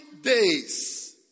days